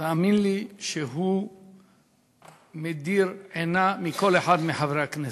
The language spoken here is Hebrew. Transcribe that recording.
תאמין לי שהוא מדיר שינה מעיני כל אחד מחברי הכנסת,